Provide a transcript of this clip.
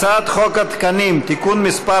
הצעת חוק התקנים (תיקון מס'